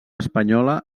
espanyola